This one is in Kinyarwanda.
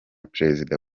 perezida